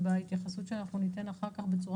זה בהתייחסות שאנחנו נתן אחר כך בצורה